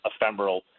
ephemeral